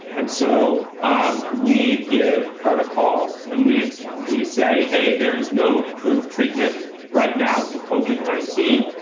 and so we give protocols, and we we say, hey, there is no approved treatment right now for covid nineteen,